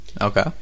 Okay